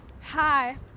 Hi